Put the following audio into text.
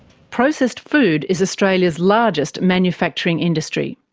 processed food is australia's largest manufacturing industry.